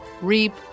reap